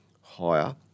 higher